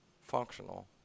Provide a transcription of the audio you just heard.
functional